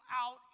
out